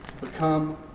become